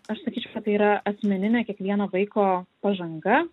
aš sakyčiau kad tai yra asmeninė kiekvieno vaiko pažanga